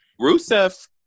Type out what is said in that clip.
Rusev